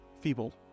feeble